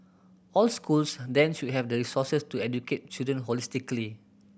all schools then should have the resources to educate children holistically